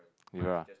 different ah